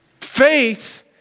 Faith